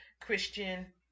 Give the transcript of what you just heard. Christian